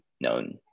known